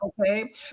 Okay